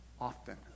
often